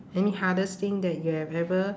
any hardest thing that you have ever